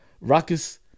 ruckus